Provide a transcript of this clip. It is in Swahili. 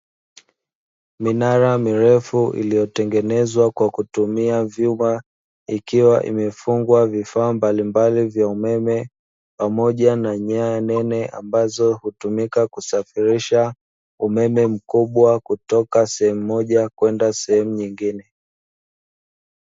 Minara mirefu iliyotengenezwa kwa kutumia vyuma ikiwa imefungwa vifaa mbalimbali vya umeme pamoja na nyaya nene, ambazo hutumika kusafirisha umeme mkubwa kutoka sehemu moja kwenda sehemu nyingine.